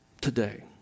today